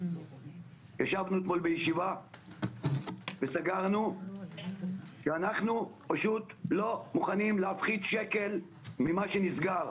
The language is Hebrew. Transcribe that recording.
ישבנו אתמול בישיבה וסגרנו שאנחנו לא מוכנים להפחית שקל ממה שנסגר.